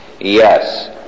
Yes